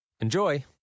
Enjoy